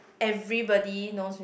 everybody knows me